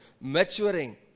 maturing